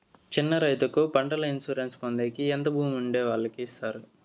చిన్న రైతుకు పంటల ఇన్సూరెన్సు పొందేకి ఎంత భూమి ఉండే వాళ్ళకి ఇస్తారు?